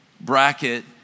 bracket